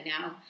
now